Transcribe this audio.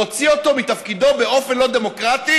להוציא אותו מתפקידו באופן לא דמוקרטי